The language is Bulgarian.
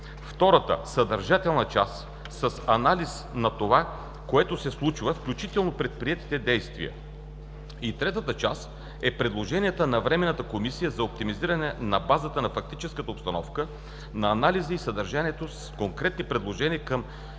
втората – съдържателна част с анализ на това, което се случва, включително предприетите действия; и третата част – предложенията на Временната комисия за оптимизиране на базата на фактическата обстановка, на анализа и съдържанието с конкретни предложения към